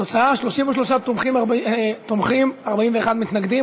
התוצאה: 33 תומכים, 41 מתנגדים.